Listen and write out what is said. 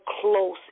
close